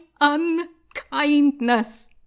unkindness